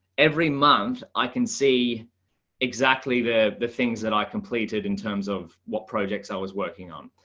every month i can see exactly the the things that i completed in terms of what projects i was working on.